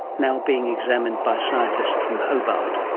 now being examined by scientists from hobart.